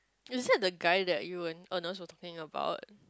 is that the guy that you and Ernest were talking about